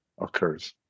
occurs